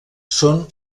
són